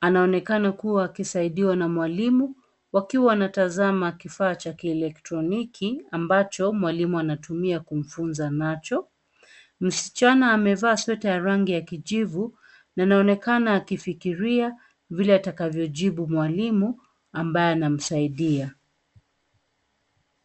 anaonekana kuwa akisaidiwa na mwalimu, wakiwa wanatazama kifaa cha kielektroniki ambacho mwalimu anatumia kumfunza nacho, msichana amevaa sweta ya rangi ya kijivu, na anaonekana akifikiria, vile atakavyojibu mwalimu, ambaye anamsaidia.